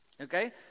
Okay